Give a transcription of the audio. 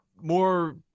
more